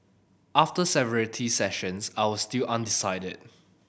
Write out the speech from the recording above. after several tea sessions I was still undecided